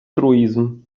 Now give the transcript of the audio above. truizm